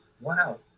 wow